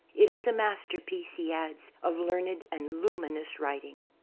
it is a master piece, he adds, of learned and luminous writing.